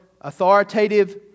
authoritative